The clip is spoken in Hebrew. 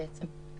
בעצם.